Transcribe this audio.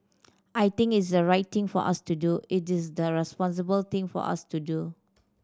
I think it's the right thing for us to do it is the responsible thing for us to do